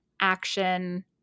action